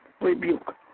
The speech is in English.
rebuke